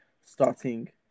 starting